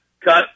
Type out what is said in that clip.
cut